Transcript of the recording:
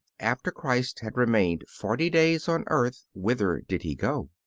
after christ had remained forty days on earth whither did he go?